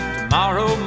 Tomorrow